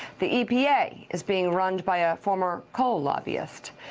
the epa is being run by a former coal lobbyist.